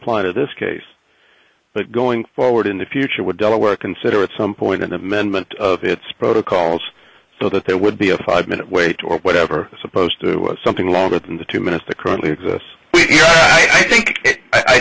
apply to this case but going forward in the future would delaware consider at some point an amendment of its protocols so that there would be a five minute wait or whatever as opposed to something longer than the two minutes the currently exists i think